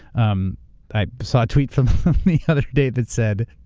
um i saw a tweet from the other day that said